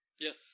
Yes